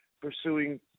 pursuing